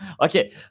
okay